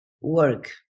Work